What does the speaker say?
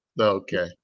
Okay